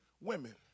women